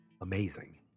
amazing